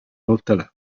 volta